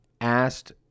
asked